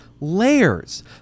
layers